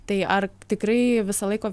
tai ar tikrai visą laiką